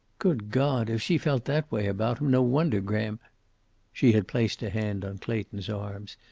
good god, if she felt that way about him, no wonder graham she had placed a hand on clayton's arm,